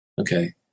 Okay